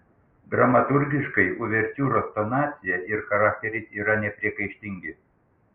dramaturgiškai uvertiūros tonacija ir charakteris yra nepriekaištingi